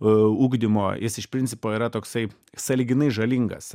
ugdymo jis iš principo yra toksai sąlyginai žalingas